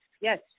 yes